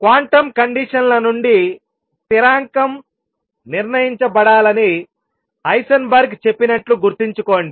quantum కండిషన్ల నుండి స్థిరాంకం నిర్ణయించబడాలని హైసెన్బర్గ్ చెప్పినట్లు గుర్తుంచుకోండి